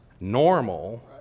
normal